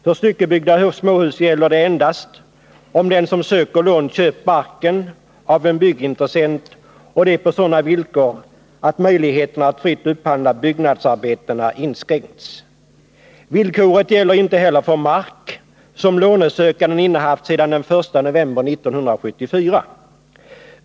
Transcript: För styckebyggda småhus gäller det endast, om den som söker lån köpt marken av en byggintressent och det på sådana villkor att möjligheterna att fritt upphandla byggnadsarbetena inskränkts. Villkoret gäller inte heller för mark som lånesökanden innehaft sedan den 1 november 1974.